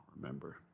remember